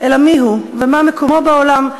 אלא מי הוא ומה מקומו בעולם,